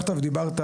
הבטחת ועשית,